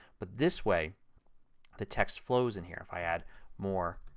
but this way the text flows in here if i add more